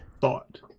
Thought